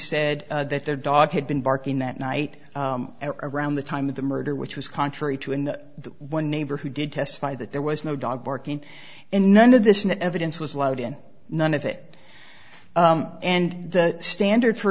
said that their dog had been barking that night around the time of the murder which was contrary to in one neighbor who did testify that there was no dog barking and none of this new evidence was allowed in none of it and the standard for